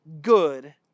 good